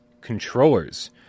controllers